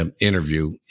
interview